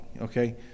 okay